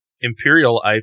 Imperial